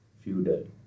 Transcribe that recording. feudal